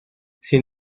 sin